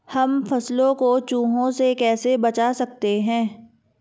हम फसलों को चूहों से कैसे बचा सकते हैं?